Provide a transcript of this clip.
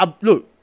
Look